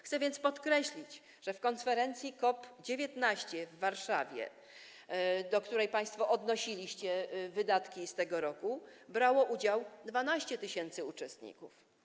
Chcę więc podkreślić, że w konferencji COP19 w Warszawie, do której państwo odnosiliście wydatki z tego roku, brało udział 12 tys. uczestników.